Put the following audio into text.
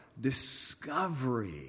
discovery